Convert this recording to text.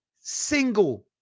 single